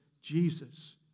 Jesus